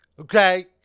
Okay